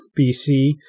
BC